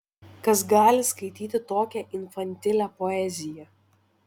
kas gali skaityti tokią infantilią poeziją